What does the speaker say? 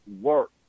work